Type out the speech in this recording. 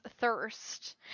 thirst